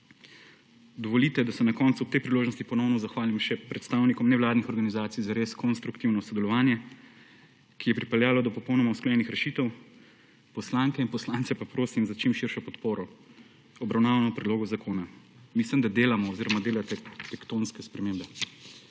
Dovolite, da se na koncu ob tej priložnosti ponovno zahvalim še predstavnikom nevladnih organizacij za res konstruktivno sodelovanje, ki je pripeljalo do popolnoma usklajenih rešitev, poslanke in poslance pa prosim za čim širšo podporo obravnavanega predloga zakona. Mislim, da delamo oziroma delate tektonske spremembe.